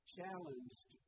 challenged